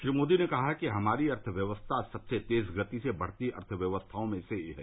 श्री मोदी ने कहा कि हमारी अर्थव्यवस्था सबसे तेज़ गति से बढ़ती अर्थव्यवस्थाओं में से है